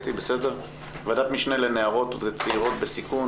ועדת משנה לנערות וצעירות בסיכון.